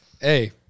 Hey